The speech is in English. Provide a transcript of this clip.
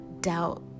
doubt